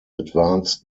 advanced